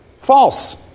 false